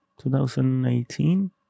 2018